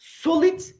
solid